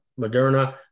Moderna